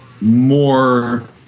more